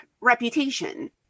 reputation